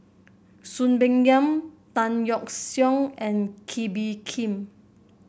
Soon Peng Yam Tan Yeok Seong and Kee Bee Khim